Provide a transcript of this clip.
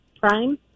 Prime